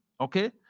Okay